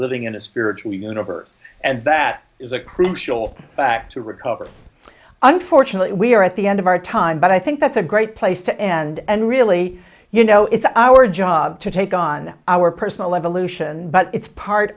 living in a spiritual universe and that is a crucial fact to recover unfortunately we are at the end of our time but i think that's a great place to end and really you know it's our job to take on our personal level lucian but it's part